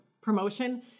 promotion